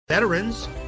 veterans